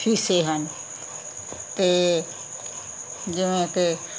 ਹਿੱਸੇ ਹਨ ਅਤੇ ਜਿਵੇਂ ਕਿ